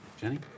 Jenny